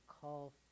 call